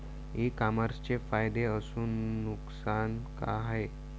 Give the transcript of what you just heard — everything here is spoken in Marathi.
इ कामर्सचे फायदे अस नुकसान का हाये